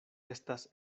estas